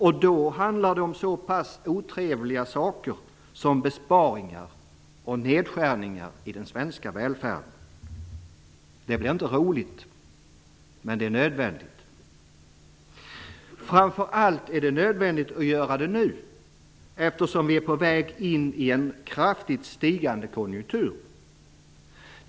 Och då handlar det om så pass otrevliga saker som besparingar och nedskärningar i den svenska välfärden. Det blir inte roligt, men det är nödvändigt. Framför allt är det nödvändigt att göra det nu, eftersom vi är på väg in i en kraftigt stigande konjunktur.